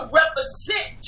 represent